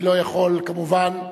אני לא יכול, כמובן,